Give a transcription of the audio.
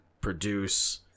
produce